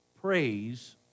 praise